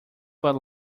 but